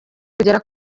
kugera